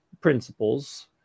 principles